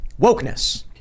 Wokeness